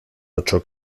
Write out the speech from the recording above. ocho